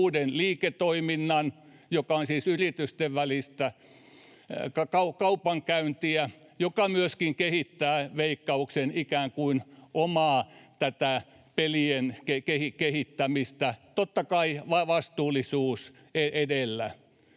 uuden liiketoiminnan, joka on siis yritysten välistä kaupankäyntiä ja joka myöskin kehittää Veikkauksen omaa pelien kehittämistä, totta kai vastuullisuus edellä.